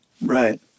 Right